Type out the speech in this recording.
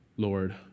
Lord